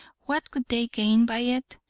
what could they gain by it?